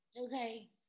Okay